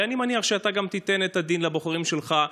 ואני מניח שאתה גם תיתן את הדין לבוחרים שלך.